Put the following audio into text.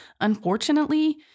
unfortunately